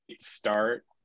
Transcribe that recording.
start